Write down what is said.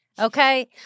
Okay